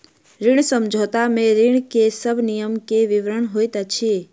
ऋण समझौता में ऋण के सब नियम के विवरण होइत अछि